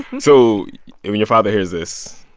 so when your father hears this,